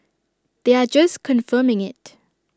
they are just confirming IT